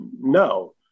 no